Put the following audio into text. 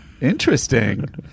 Interesting